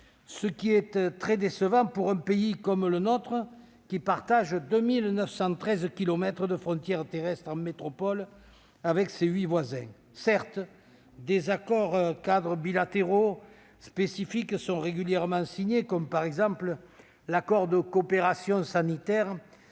ce qui est très décevant pour un pays comme le nôtre, qui partage 2 913 kilomètres de frontières terrestres en métropole avec ses huit États voisins. Certes, des accords-cadres bilatéraux spécifiques sont régulièrement signés, par exemple l'accord de coopération sanitaire